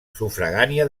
sufragània